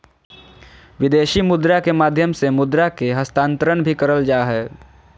विदेशी मुद्रा के माध्यम से मुद्रा के हस्तांतरण भी करल जा हय